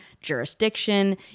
jurisdiction